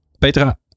petra